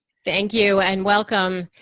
thank you and welcome